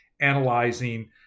analyzing